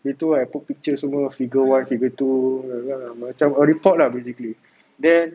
gitu I put pictures some more figure one figure two like that ah macam a report lah basically then